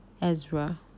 Ezra